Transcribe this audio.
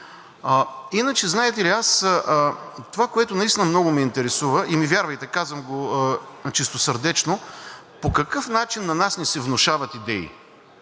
Иначе знаете ли, това, което много ме интересува, и ми вярвайте, казвам го чистосърдечно, по какъв начин на нас ни се внушават идеи?